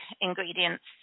ingredients